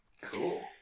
Cool